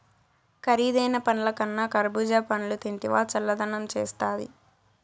కరీదైన పండ్లకన్నా కర్బూజా పండ్లు తింటివా చల్లదనం చేస్తాది